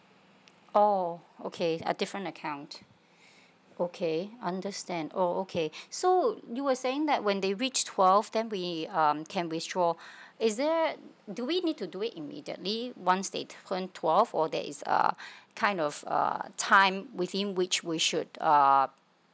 oh okay at different account okay understand oh okay so you were saying that when they reached twelve then we um can withdraw is there do we need to do it immediately once they turned twelve or there is uh kind of uh time within which we should uh